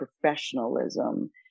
professionalism